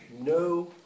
no